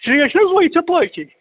rate چھِنہٕ حظ ہوے یُس ژےٚ پَے چھے